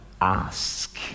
ask